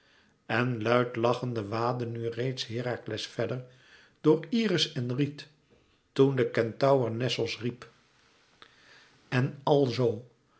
en luid lachende waadde nu reeds herakles verder door iris en riet toen de kentaur nessos riep en alzoo